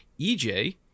EJ